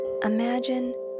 Imagine